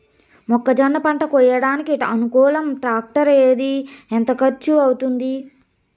మొక్కజొన్న పంట కోయడానికి అనుకూలం టాక్టర్ ఏది? ఎంత ఖర్చు అవుతుంది?